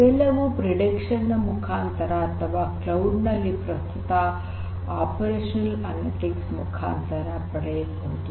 ಇವೆಲ್ಲವನ್ನು ಪ್ರೆಡಿಕ್ಷನ್ ನ ಮುಖಾಂತರ ಅಥವಾ ಕ್ಲೌಡ್ ನಲ್ಲಿ ಪ್ರಸ್ತುತ ಆಪರೇಷನಲ್ ಅನಲಿಟಿಕ್ಸ್ ಮುಖಾಂತರ ಪಡೆಯಬಹುದು